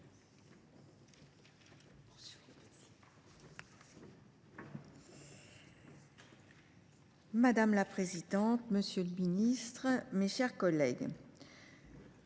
Madame la présidente, monsieur le ministre, mes chers collègues,